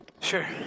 Sure